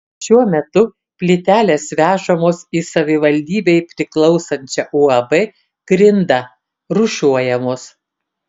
šiuo metu plytelės vežamos į savivaldybei priklausančią uab grinda rūšiuojamos